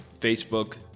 Facebook